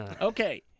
Okay